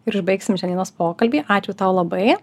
ir užbaigsime šiandienos pokalbį ačiū tau labai